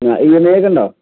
ആ E M I ഒക്കെ ഉണ്ടോ